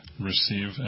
receive